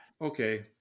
okay